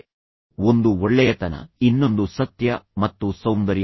ಅಂದರೆಃ ಒಂದು ಒಳ್ಳೆಯತನ ಇನ್ನೊಂದು ಸತ್ಯ ಮತ್ತು ಸೌಂದರ್ಯ